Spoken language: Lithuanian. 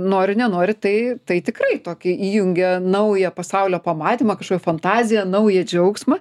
nori nenori tai tai tikrai tokį įjungia naują pasaulio pamatymą kažkokią fantaziją naują džiaugsmą